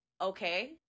okay